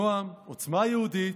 נעם, עוצמה יהודית,